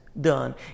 done